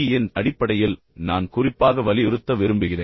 யின் அடிப்படையில் நான் குறிப்பாக வலியுறுத்த விரும்புகிறேன்